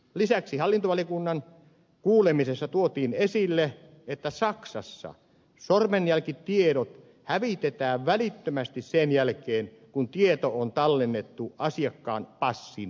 lisäksi hallintovaliokunnan kuulemisessa tuotiin esille että saksassa sormenjälkitiedot hävitetään välittömästi sen jälkeen kun tieto on tallennettu asiakkaan passin sirulle